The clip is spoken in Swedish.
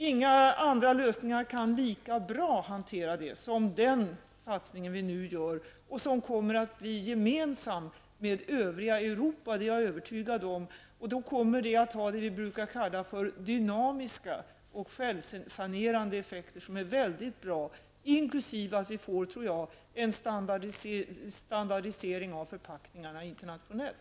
Inga andra lösningar kan lika bra hantera detta som den satsning vi nu gör och som vilket jag är övertygad om, kommer att bli gemensam med övriga Europa. Det kommer att få dynamiska och självsanerande effekter som är mycket bra. Jag tror också att vi får en standardisering av förpackningarna internationellt.